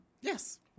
Yes